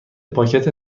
پاکت